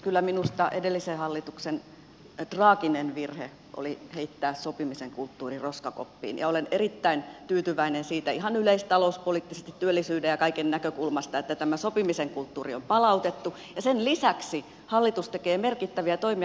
kyllä minusta edellisen hallituksen traaginen virhe oli heittää sopimisen kulttuuri roskakoppiin ja olen erittäin tyytyväinen siitä ihan yleistalouspoliittisesti työllisyyden ja kaiken näkökulmasta että tämä sopimisen kulttuuri on palautettu ja sen lisäksi hallitus tekee merkittäviä toimia